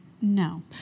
No